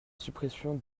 suppression